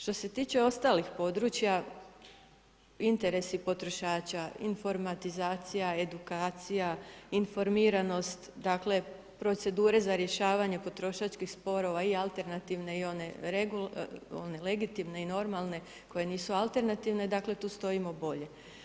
Što se tiče ostalih područja interesi potrošača, informatizacija, edukacija, informiranost, dakle procedure za rješavanje potrošačkih sporova i alternativne i one legitimne i normalne koje nisu alternativne, dakle tu stojimo bolje.